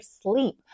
sleep